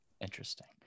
Interesting